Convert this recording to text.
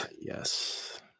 yes